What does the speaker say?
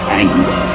anger